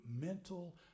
mental